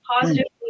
positively